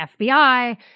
FBI